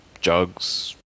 jugs